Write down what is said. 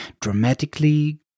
dramatically